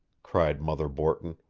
cried mother borton.